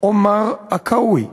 עומר עכאווי,